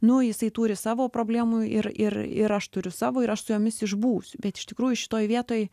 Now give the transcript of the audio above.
nu jisai turi savo problemų ir ir ir aš turiu savo ir aš su jomis išbūsiu bet iš tikrųjų šitoj vietoj